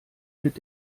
mit